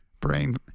Brain